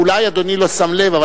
אולי אדוני לא שם לב,